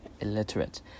illiterate